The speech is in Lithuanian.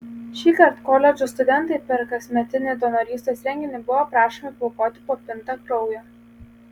šįkart koledžų studentai per kasmetinį donorystės renginį buvo prašomi paaukoti po pintą kraujo